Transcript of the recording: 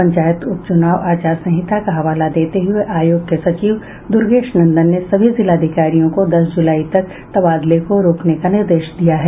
पंचायत उप चुनाव आचार संहिता का हवाला देते हुये आयोग के सचिव दुर्गेश नंदन ने सभी जिलाधिकारियों को दस जुलाई तक तबादले को रोकने का निर्देश दिया है